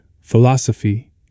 philosophy